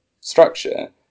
structure